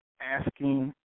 asking